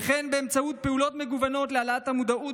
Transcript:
וכן באמצעות פעולות מגוונות להעלאת המודעות